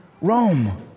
Rome